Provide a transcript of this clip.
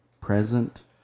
present